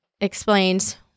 explains